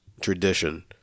tradition